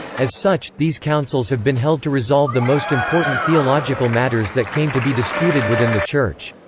as such, these councils have been held to resolve the most important theological matters that came to be disputed within the church.